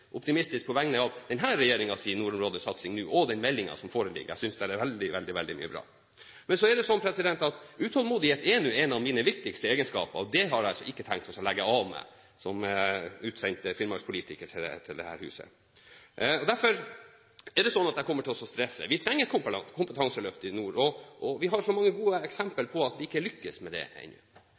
veldig, veldig mye bra. Men så er nå utålmodighet en av mine viktigste egenskaper, og det har jeg altså ikke tenkt å legge av meg som utsendt finnmarkspolitiker til dette huset. Derfor er det sånn at jeg kommer til å stresse at vi trenger et kompetanseløft i nord – vi har så mange gode eksempler på at vi ikke har lyktes med det ennå.